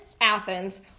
Athens